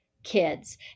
kids